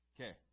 Okay